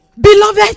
Beloved